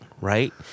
right